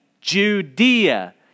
Judea